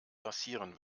passieren